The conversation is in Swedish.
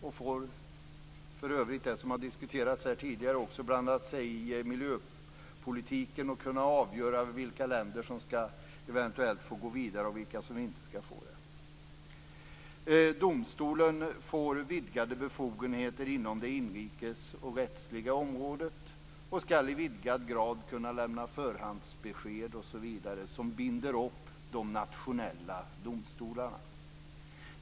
EU har också, vilket har diskuterats här tidigare, blandat sig i miljöpolitiken och skall kunna avgöra vilka länder som eventuellt skall få gå vidare och vilka som inte skall få det. Domstolen får vidgade befogenheter inom inrikesområdet och inom det rättsliga området och skall i vidgad grad kunna lämna förhandsbesked osv. som binder upp de nationella domstolarna.